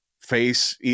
face